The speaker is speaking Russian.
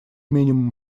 минимум